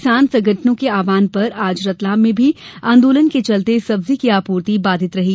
किसान संगठनों के आहवान पर आज रतलाम में भी आंदोलन के चलते सब्जी की आपूर्ति बाधित रही